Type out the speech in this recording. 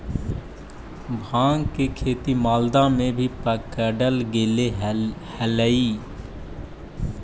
भाँग के खेती मालदा में भी पकडल गेले हलई